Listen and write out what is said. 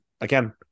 again